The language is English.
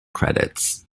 credits